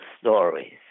stories